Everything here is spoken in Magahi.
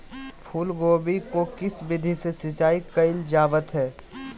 फूलगोभी को किस विधि से सिंचाई कईल जावत हैं?